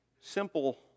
simple